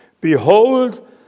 behold